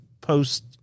post